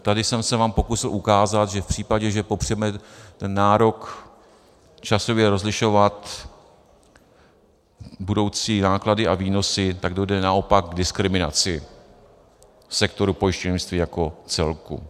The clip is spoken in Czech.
Tady jsem se vám pokusil ukázat, že v případě, že popřeme ten nárok časově rozlišovat budoucí náklady a výnosy, tak dojde naopak k diskriminaci sektoru pojišťovnictví jako celku.